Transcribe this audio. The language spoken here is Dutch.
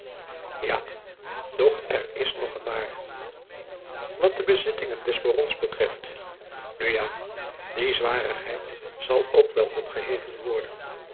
ja doch er is nog een maar wat de bezittingen des barons betreft nu ja die zwarigheid zal ook wel opgeheven worden